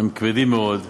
הם כבדים מאוד.